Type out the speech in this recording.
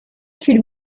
should